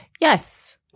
Yes